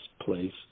place